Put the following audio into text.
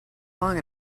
long